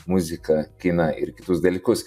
muziką kiną ir kitus dalykus